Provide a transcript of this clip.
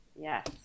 Yes